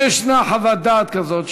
אם יש חוות דעת כזאת,